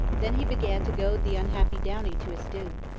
then he began to goad the unhappy downie to his doom.